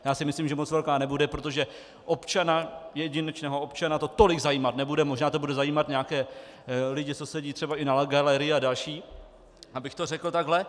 Já si myslím, že moc velká nebude, protože občana, jedinečného občana to tolik zajímat nebude, možná to bude zajímat nějaké lidi, co sedí třeba i na galerii, a další, abych to řekl takhle.